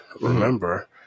remember